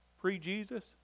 Pre-Jesus